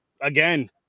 again